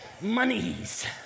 Monies